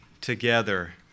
together